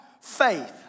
faith